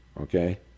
Okay